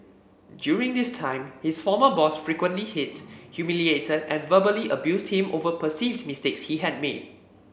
during this time his former boss frequently hit humiliated and verbally abused him over perceived mistakes he had made